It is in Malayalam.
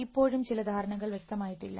ഇപ്പോഴും ചില ധാരണകൾ വ്യക്തമായിട്ടില്ല